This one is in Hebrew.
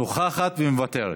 נוכחת ומוותרת.